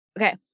Okay